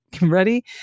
Ready